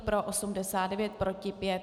Pro 89, proti 5.